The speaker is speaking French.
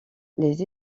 les